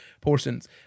portions